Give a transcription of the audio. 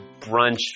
brunch